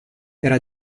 era